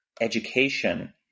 education